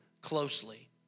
closely